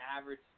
average